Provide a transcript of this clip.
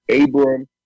Abram